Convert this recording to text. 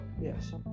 yes